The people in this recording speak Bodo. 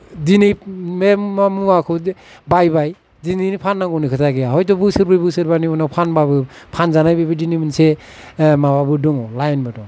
दिनै बे मा मुवाखौ बायबाय दिनैनो फान्नांगौनि खोथा गैया हयथ' बोसोरब्रै बोसोरबानि उनाव फानबाबो फानजानाय बेबायदिनि मोनसे माबाबो दङ लाइनबो दं